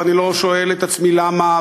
ואני לא שואל את עצמי למה,